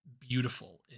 beautiful